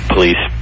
police